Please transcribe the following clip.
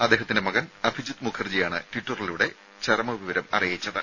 അദ്ദേഹത്തിന്റെ മകൻ അഭിജിത് മുഖർജിയാണ് ട്വിറ്ററിലൂടെ ചരമ വിവരം അറിയിച്ചത്